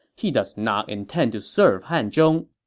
he does not intend to serve hanzhong.